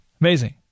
Amazing